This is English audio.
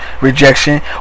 Rejection